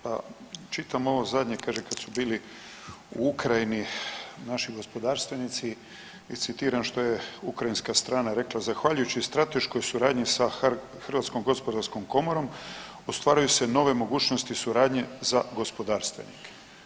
pa, čitam ovo zadnje, kaže, kad su bili u Ukrajini naši gospodarstvenici, i citiram što je ukrajinska strana rekla – zahvaljujući strateškoj suradnji sa Hrvatskom gospodarskom komorom, ostvaruju se nove mogućnosti suradnje za gospodarstvenike.